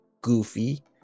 goofy